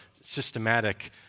systematic